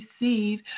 receive